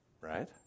Right